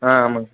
ஆ ஆமாங்க